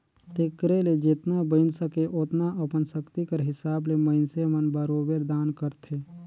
तेकरे ले जेतना बइन सके ओतना अपन सक्ति कर हिसाब ले मइनसे मन बरोबेर दान करथे